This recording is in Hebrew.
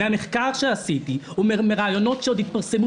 מהמחקר שעשיתי ומראיונות שעוד יתפרסמו